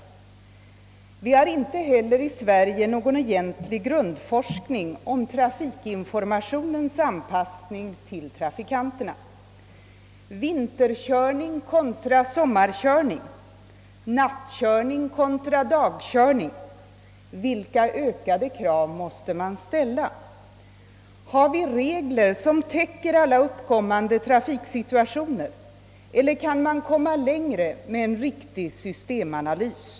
Vi har inte heller i Sverige någon egentlig grundforskning om trafikinformationens anpassning till trafikanterna. Vinterkörning contra sommarkörning, nattkörning contra dagkörning — vilka ökade krav måste man ställa? Har vi regler som täcker alla uppkommande trafiksituationer, eller kan man komma längre med en riktig systemanalys?